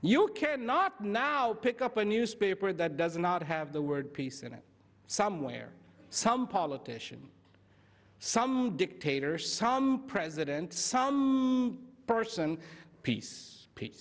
you cannot now pick up a newspaper that does not have the word peace in it somewhere some politician some dictator some president some person peace peace